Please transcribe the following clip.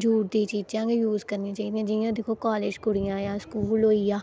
jute दियां चीज़ां गै यूज करनी चाही दियां जि'यां कालज दियां कुडियां स्कूल होई गेआ